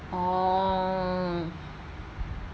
oh